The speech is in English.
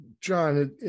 John